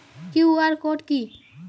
QR code কি?